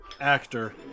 actor